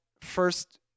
first